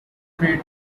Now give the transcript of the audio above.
craters